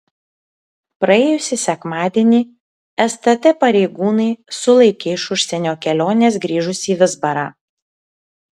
praėjusį sekmadienį stt pareigūnai sulaikė iš užsienio kelionės grįžusį vizbarą